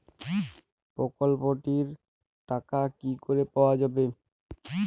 প্রকল্পটি র টাকা কি করে পাওয়া যাবে?